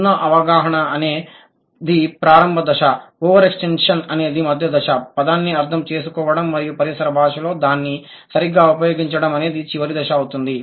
0 సున్నా అవగాహన అనేది ప్రారంభ దశ ఓవర్ ఎక్స్టెన్షన్ అనేది మధ్య దశ పదాన్ని అర్థం చేసుకోవడం మరియు పరిసర భాషలో దాన్ని సరిగ్గా ఉపయోగించడం అనేది చివరి దశ అవుతుంది